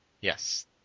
Yes